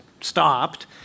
stopped